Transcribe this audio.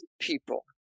people